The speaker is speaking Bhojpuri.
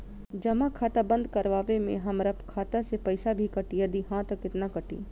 जमा खाता बंद करवावे मे हमरा खाता से पईसा भी कटी यदि हा त केतना कटी?